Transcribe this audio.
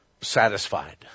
satisfied